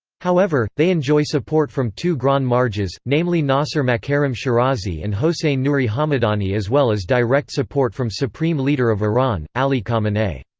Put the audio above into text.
however, they enjoy support from two grand marjas, namely nasser makarem shirazi and hossein noori hamedani as well as direct support from supreme leader of iran, ali khamenei.